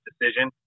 decision